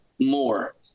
more